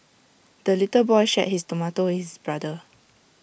the little boy shared his tomato with his brother